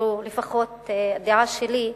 זו לפחות הדעה שלי,